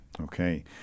Okay